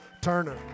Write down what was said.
Turner